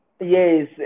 Yes